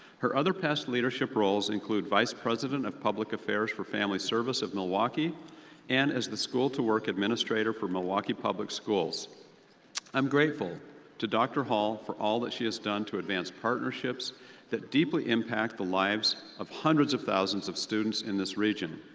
her other past leadership roles include vice president of public affairs for family service of milwaukee and as the school to work administrator for milwaukee public schools. i am grateful to dr. hall for all she has done to advance partnerships that deeply impact the lives of hundreds of thousands of students in this region.